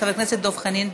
חבר הכנסת דב חנין,